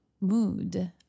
mood